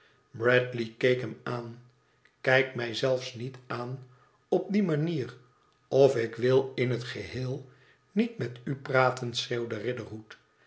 keek hem aan kijk mij zelfs niet aan op die manier of ik wil in het geheel niet met u praten